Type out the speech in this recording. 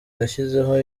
yashyizeho